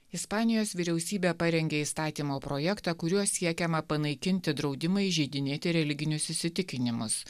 ispanijos vyriausybė parengė įstatymo projektą kuriuo siekiama panaikinti draudimą įžeidinėti religinius įsitikinimus